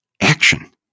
Action